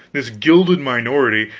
this gilded minority,